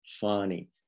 funny